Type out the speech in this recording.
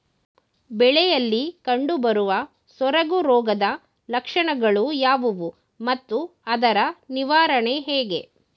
ಬೆಳೆಯಲ್ಲಿ ಕಂಡುಬರುವ ಸೊರಗು ರೋಗದ ಲಕ್ಷಣಗಳು ಯಾವುವು ಮತ್ತು ಅದರ ನಿವಾರಣೆ ಹೇಗೆ?